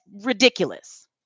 ridiculous